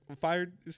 fired